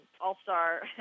All-Star